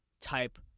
type